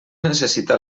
necessita